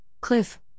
Cliff